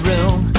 Room